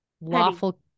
lawful